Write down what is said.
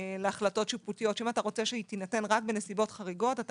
להחלטות שיפוטיות שאם אתה רוצה שתינתן רק בנסיבות חריגות אתה